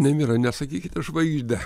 nemira nesakykite žvaigžde